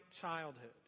childhood